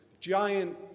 giant